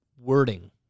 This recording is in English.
wording